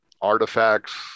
artifacts